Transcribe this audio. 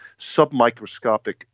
submicroscopic